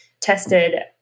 tested